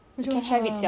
macam have itself